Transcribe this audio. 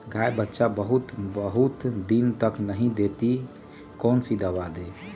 गाय बच्चा बहुत बहुत दिन तक नहीं देती कौन सा दवा दे?